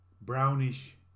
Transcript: brownish